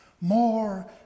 more